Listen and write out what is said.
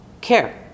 care